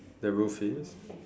the roof is